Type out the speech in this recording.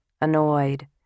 annoyed